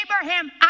Abraham